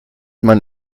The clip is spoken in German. man